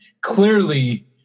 Clearly